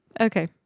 Okay